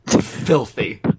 Filthy